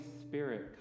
Spirit